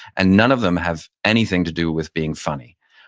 and none of them have anything to do with being funny.